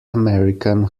american